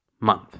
month